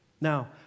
Now